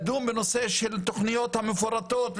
לדון בנושא התוכניות המפורטות,